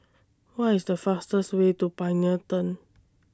What IS The fastest Way to Pioneer Turn